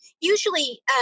usually